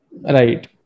right